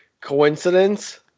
Coincidence